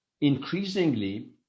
increasingly